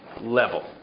level